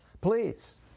please